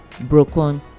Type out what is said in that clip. broken